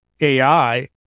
AI